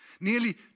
nearly